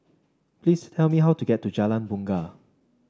please tell me how to get to Jalan Bungar